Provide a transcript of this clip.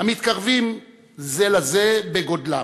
המתקרבים זה לזה בגודלם,